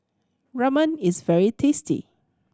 ramen is very tasty